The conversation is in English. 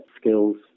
skills